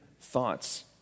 thoughts